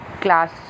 class